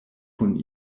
kun